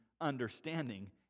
understanding